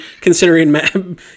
considering